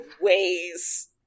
ways